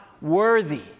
worthy